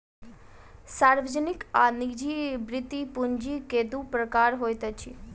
सार्वजनिक आ निजी वृति पूंजी के दू प्रकार होइत अछि